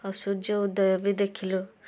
ଆଉ ସୂର୍ଯ୍ୟଉଦୟ ବି ଦେଖିଲୁ